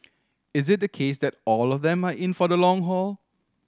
is it the case that all of them are in for the long haul